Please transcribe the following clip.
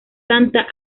santa